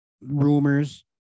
rumors